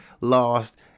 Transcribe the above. lost